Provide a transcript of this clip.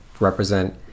represent